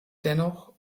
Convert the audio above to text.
dennoch